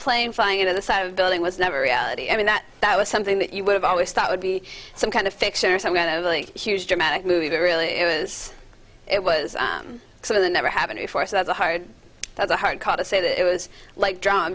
plane flying into the side of building was never reality i mean that that was something that you would have always thought would be some kind of fiction or some kind of huge dramatic movie that really it was it was sort of the never happened before so that's a hard that's a hard caught to say that it was like drawn